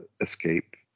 escape